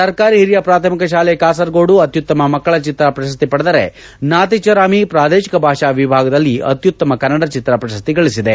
ಸರ್ಕಾರಿ ಹಿರಿಯ ಪ್ರಾಥಮಿಕ ಶಾಲೆ ಕಾಸರಗೋಡು ಅತ್ಯುತ್ತಮ ಮಕ್ಕಳ ಚಿತ್ರ ಪ್ರಶಸ್ತಿ ಪಡೆದರೆ ನಾತಿಚರಾಮಿ ಪ್ರಾದೇಶಿಕ ಭಾಷಾ ವಿಭಾಗದಲ್ಲಿ ಅತ್ಯುತ್ತಮ ಕನ್ನಡ ಚಿತ್ರ ಪ್ರಶಸ್ತಿ ಗಳಿಸಿದೆ